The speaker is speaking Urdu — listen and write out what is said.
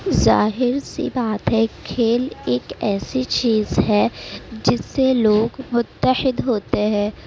ظاہر سی بات ہے کھیل ایک ایسی چیز ہے جس سے لوگ متحد ہوتے ہیں